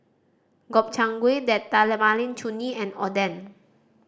Gobchang Gui Date Tamarind Chutney and Oden